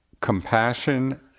compassion